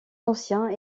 anciens